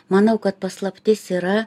manau kad paslaptis yra